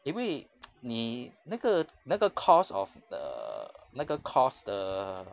因为 你那个那个 cost of the 那个 cost the